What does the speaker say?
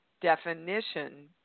definition